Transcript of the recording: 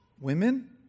women